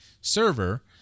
server